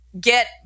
get